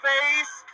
Face